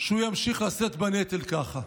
שהוא ימשיך לשאת בנטל ככה.